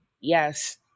Yes